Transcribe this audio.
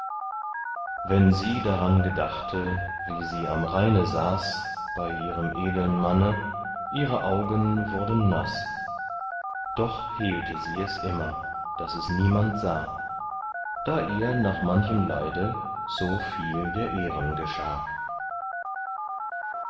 wenn sie daran gedachte wie sie am rheine saß bei ihrem edeln manne ihre augen wurden naß doch hehlte sie es immer daß es niemand sah da ihr nach manchem leide so viel der ehren geschah